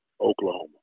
Oklahoma